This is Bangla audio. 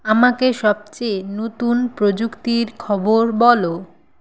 আমাকে সবচেয়ে নতুন প্রযুক্তির খবর বলো